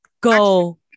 go